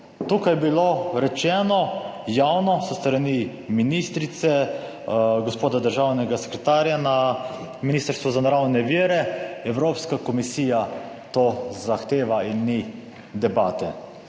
Tukaj je bilo rečeno javno s strani ministrice, gospoda državnega sekretarja na Ministrstvu za naravne vire, Evropska komisija to zahteva in ni debate.